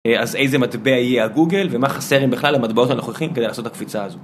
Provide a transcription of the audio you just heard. אז איזה מטבע יהיה הגוגל ומה חסר, אם בכלל, למטבעות הנוכחים כדי לעשות את הקפיצה הזאת.